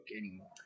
anymore